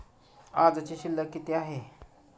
आजची शिल्लक किती आहे?